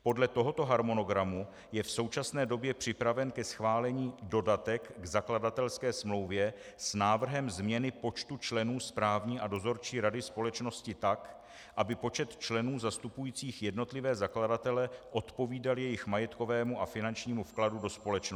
Podle tohoto harmonogramu je v současné době připraven ke schválení dodatek k zakladatelské smlouvě s návrhem změny počtu členů správní a dozorčí rady společnosti tak, aby počet členů zastupujících jednotlivé zakladatele odpovídal jejich majetkovému a finančnímu vkladu do společnosti.